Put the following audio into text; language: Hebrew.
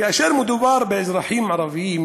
כאשר מדובר באזרחים ערבים,